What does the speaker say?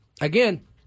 again